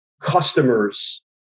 customers